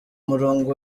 murongo